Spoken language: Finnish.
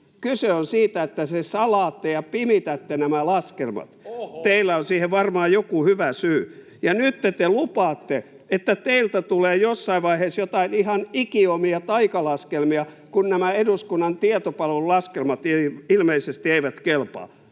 Kyse on siitä, että te salaatte ja pimitätte nämä laskelmat. [Perussuomalaisten ryhmästä: Oho!] Teillä on siihen varmaan joku hyvä syy. Nytten te lupaatte, että teiltä tulee jossain vaiheessa joitain ihan ikiomia taikalaskelmia, kun nämä eduskunnan tietopalvelun laskelmat ilmeisesti eivät kelpaa.